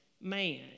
man